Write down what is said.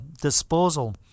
disposal